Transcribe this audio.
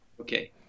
Okay